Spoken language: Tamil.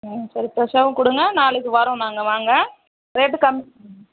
ம் சரி ஃப்ரெஷ்ஷாவும் கொடுங்க நாளைக்கு வரோம் நாங்கள் வாங்க ரேட்டு கம்